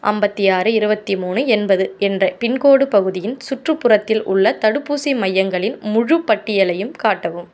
ஐம்பத்தி ஆறு இருபத்தி மூணு எண்பது என்ற பின்கோட் பகுதியின் சுற்றுப்புறத்தில் உள்ள தடுப்பூசி மையங்களின் முழு பட்டியலையும் காட்டவும்